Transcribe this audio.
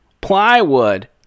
plywood